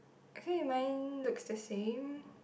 okay mine looks the same